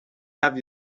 have